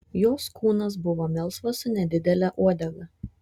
jos kūnas buvo melsvas su nedidele uodega